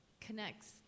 connects